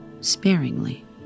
sparingly